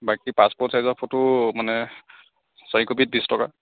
বাকী পাছপৰ্ট চাইজত ফ'টো মানে চাৰি কপিত বিশ টকা